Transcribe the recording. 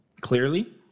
clearly